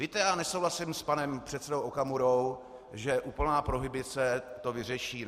Víte, já nesouhlasím s panem předsedou Okamurou, že úplná prohibice to vyřeší.